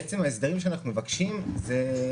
ולמה אתם בכלל מבקשים את ההסדר גם בתקופה שאין הכרזה.